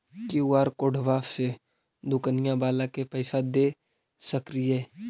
QR कोडबा से दुकनिया बाला के पैसा दे सक्रिय?